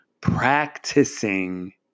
practicing